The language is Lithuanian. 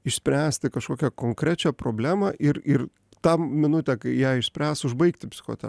išspręsti kažkokią konkrečią problemą ir ir tą minutę kai ją išspręs užbaigti psichote